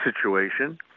situation